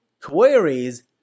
queries